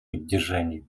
поддержания